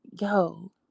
yo